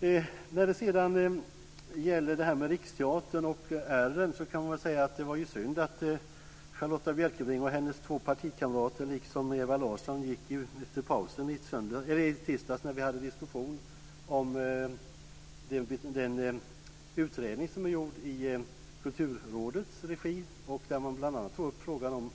När det gäller Riksteatern är det synd att Charlotta Ewa Larsson, gick efter pausen i tisdags när vi hade en diskussion om den utredning som har gjorts i Kulturrådets regi. Där togs frågan om